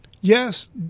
Yes